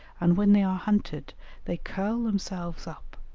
and when they are hunted they curl themselves up,